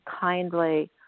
kindly